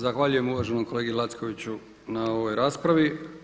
Zahvaljujem uvaženom kolegi Lackoviću na ovoj raspravi.